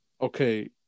okay